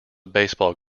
baseball